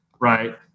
Right